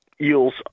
eels